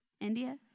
India